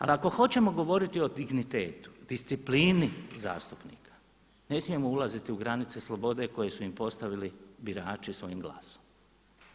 Ali ako hoćemo govoriti o dignitetu, disciplini zastupnika ne smijemo ulaziti u granice slobode koji su im postavili birači svojim glasom.